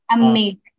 Amazing